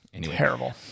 terrible